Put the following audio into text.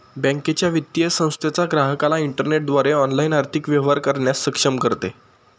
बँकेच्या, वित्तीय संस्थेच्या ग्राहकाला इंटरनेटद्वारे ऑनलाइन आर्थिक व्यवहार करण्यास सक्षम करते